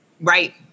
Right